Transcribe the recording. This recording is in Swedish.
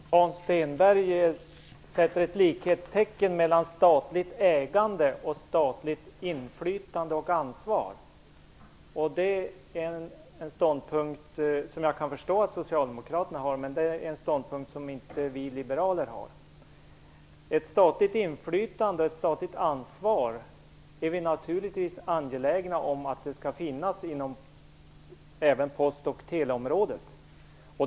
Fru talman! Hans Stenberg sätter likhetstecken mellan statligt ägande och statligt inflytande och ansvar. Det är en ståndpunkt som jag kan förstå att socialdemokraterna har, men det är en ståndpunkt som vi liberaler inte har. Ett statligt inflytande, ett statligt ansvar är vi naturligtvis angelägna om att det skall finnas även inom post och teleområdet.